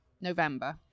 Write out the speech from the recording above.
November